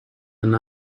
and